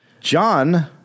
John